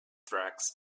tracks